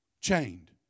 chained